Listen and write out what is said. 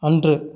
அன்று